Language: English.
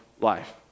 life